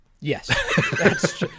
yes